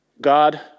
God